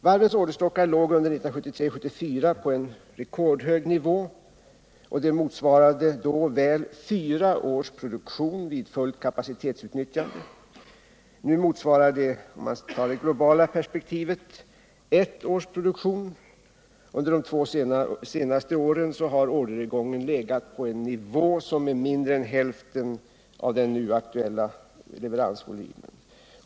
Varvens orderstockar låg under 1973-1974 på en rekordhög nivå och motsvarade drygt fyra års produktion vid fullt kapacitetsutnyttjande. Sett i det globala perspektivet motsvarar orderstocken nu ett års produktion. Under de två senaste åren har orderingången legat på en nivå som är mindre än hälften av den nu aktuella leveransvolymen.